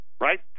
right